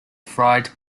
fried